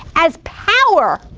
as power